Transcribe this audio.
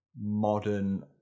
modern